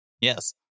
Yes